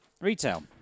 retail